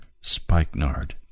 spikenard